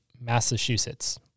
Massachusetts